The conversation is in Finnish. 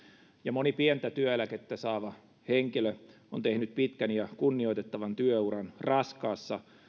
moni pientä työeläkettä saava henkilö on tehnyt pitkän ja kunnioitettavan työuran raskaassa